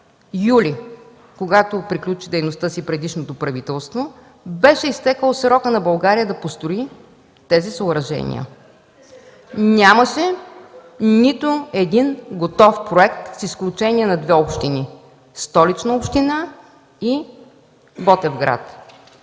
когато приключи дейността си предишното правителство, беше изтекъл срока на България да построи тези съоръжения. Нямаше нито един готов проект с изключение на две общини – Столична община и Ботевград.